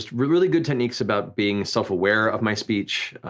really good techniques about being self aware of my speech,